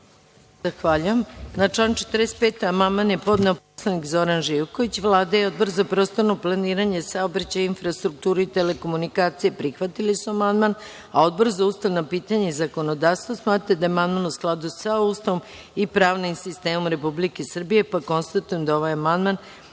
Zahvaljujem. Na član 45. amandman je podneo narodni poslanik Zoran Živković. Vlada i Odbor za prostorno planiranje i infrastrukturu i telekomunikacije prihvatili su amandman. Odbor za ustavna pitanja i zakonodavstvo smatra da je amandman u skladu sa Ustavom i pravnim sistemom Republike Srbije. Konstatujem da je ovaj amandman